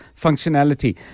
functionality